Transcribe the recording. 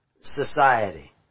society